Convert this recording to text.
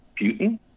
Putin